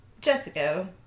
Jessica